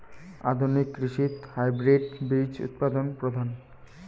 আধুনিক কৃষিত হাইব্রিড বীজ উৎপাদন প্রধান